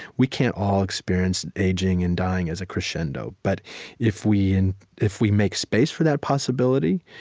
we can't all experience aging and dying as a crescendo, but if we and if we make space for that possibility,